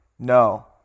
No